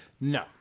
No